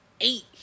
eight